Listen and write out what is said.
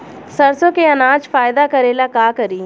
सरसो के अनाज फायदा करेला का करी?